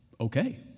okay